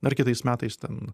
dar kitais metais ten